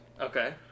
Okay